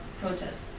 protests